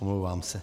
Omlouvám se.